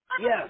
yes